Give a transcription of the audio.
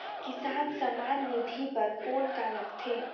किसान सम्मान निधि बर कौन का लगथे?